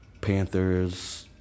panthers